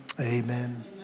Amen